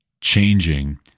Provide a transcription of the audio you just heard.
changing